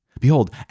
Behold